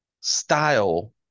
style